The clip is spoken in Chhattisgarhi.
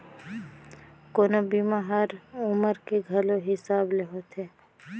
कोनो बीमा हर उमर के घलो हिसाब ले होथे